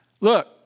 Look